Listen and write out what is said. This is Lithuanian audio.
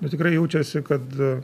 nu tikrai jaučiasi kad